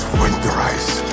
winterize